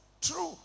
true